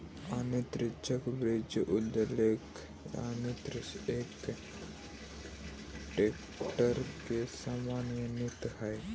यान्त्रिक वृक्ष उद्वेलक यन्त्र एक ट्रेक्टर के समान यन्त्र हई